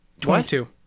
Twenty-two